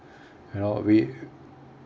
you know we